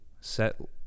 set